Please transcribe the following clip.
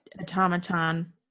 automaton